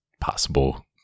possible